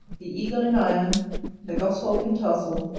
the eagle and iron the goshawk and tarcel,